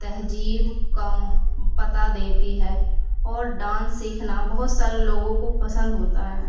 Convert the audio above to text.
تہذیب کا پتہ دیتی ہے اور ڈانس سیکھنا بہت سارے لوگوں کو پسند ہوتا ہے